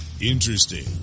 interesting